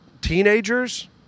teenagers